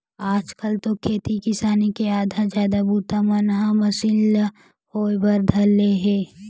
आज कल तो खेती किसानी के आधा ले जादा बूता मन ह मसीन मन ले होय बर धर ले हे